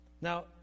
Now